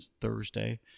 Thursday